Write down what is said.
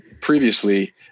previously